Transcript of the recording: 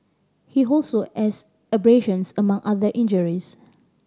he also had abrasions among other injuries